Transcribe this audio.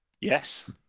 Yes